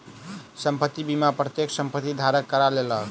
संपत्ति बीमा प्रत्येक संपत्ति धारक करा लेलक